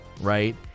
right